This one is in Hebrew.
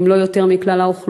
אם לא יותר, מכלל האוכלוסייה.